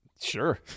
Sure